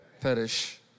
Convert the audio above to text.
perish